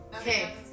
Okay